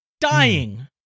Dying